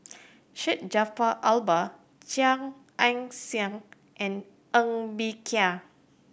Syed Jaafar Albar Chia Ann Siang and Ng Bee Kia